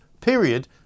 period